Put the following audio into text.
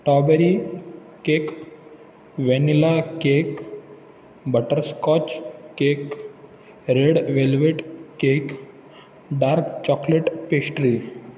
strawberry cake vanilla cake butterscotch cake red velvet cake dark chocolate pastry